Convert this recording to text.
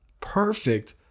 perfect